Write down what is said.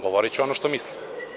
Govoriću ono što mislim.